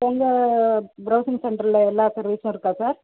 உங்கள் பிரௌசிங் சென்டரில் எல்லா சர்வீஸும் இருக்கா சார்